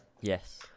Yes